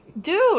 dude